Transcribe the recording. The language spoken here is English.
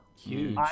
Huge